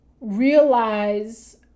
realize